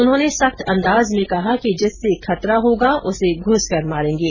उन्होंने सख्त अंदाज में कहा कि जिससे खतरा होगा उसे घ्सकर मारेंगे